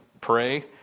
pray